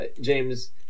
James